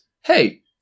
hey